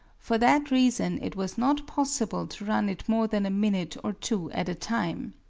for that reason it was not possible to run it more than a minute or two at a time.